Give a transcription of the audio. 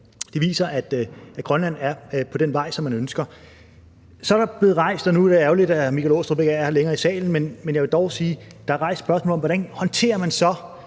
her viser, at Grønland er på den vej, som man ønsker. Så er der blevet rejst, og nu er det ærgerligt, at hr. Michael Aastrup Jensen ikke længere er her i salen, et spørgsmål om, hvordan man så